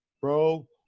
bro